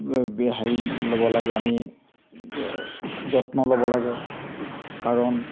হেৰি ল'ব লাগে আমি যত্ন ল'ব লাগে কাৰণ